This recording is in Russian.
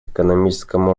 экономическому